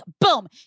boom